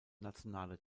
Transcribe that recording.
nationale